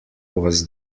was